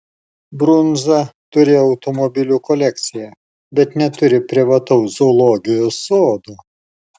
brunza turi automobilių kolekciją bet neturi privataus zoologijos sodo